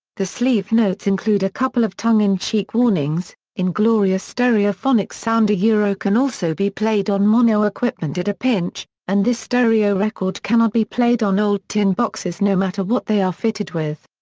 the sleeve notes include a couple of tongue-in-cheek warnings in glorious stereophonic sound yeah can also be played on mono-equipment at a pinch and this stereo record cannot be played on old tin boxes no matter what they are fitted with.